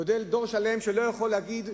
שלא יכול להגיד: